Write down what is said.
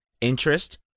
interest